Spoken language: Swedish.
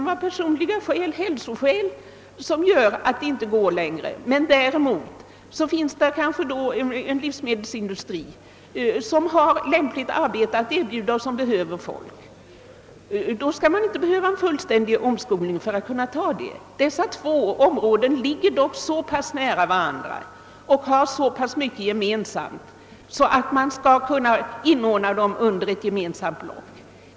Däremot kan vederbörande kanske få anställning inom en livsmedelsindustri som behöver folk. Denna person skall då inte behöva en fullständig omskolning för att kunna ta det arbetet. Dessa två områden ligger dock så pass nära varandra och har så pass mycket gemensamt att de bör kunna inordnas i samma block.